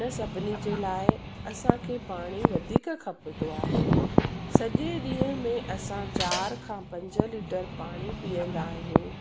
हिन सभिनी जे लाइ असांखे पाणी वधीक खपंदो आहे सॼे ॾींहं में असां चारि खां पंज लीटर पाणी पीअंदा आहियूं